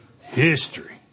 history